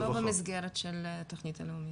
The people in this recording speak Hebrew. לא במסגרת התכנית הלאומית.